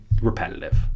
repetitive